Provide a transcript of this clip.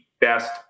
best